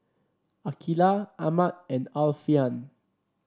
Aqeelah Ahmad and Alfian